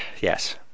Yes